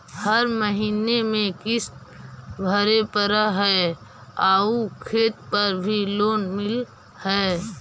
हर महीने में किस्त भरेपरहै आउ खेत पर भी लोन मिल है?